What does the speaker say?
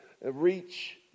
reach